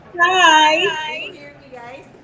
Hi